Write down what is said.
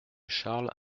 charles